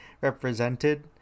represented